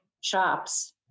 shops